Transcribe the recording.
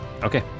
Okay